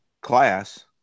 class